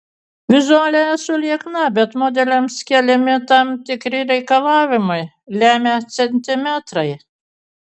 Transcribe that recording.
vizualiai esu liekna bet modeliams keliami tam tikri reikalavimai lemia centimetrai